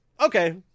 okay